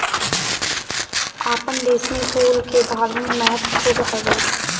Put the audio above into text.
आपन देस में फूल के धार्मिक महत्व खुबे हवे